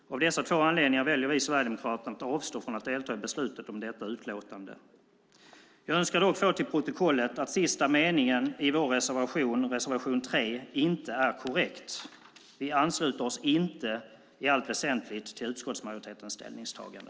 Av dessa två anledningar väljer vi sverigedemokrater att avstå från att delta i beslutet om detta utlåtande. Jag önskar dock få fört till protokollet att sista meningen i vår reservation, reservation 3, inte är korrekt. Vi ansluter oss inte i allt väsentligt till utskottsmajoritetens ställningstagande.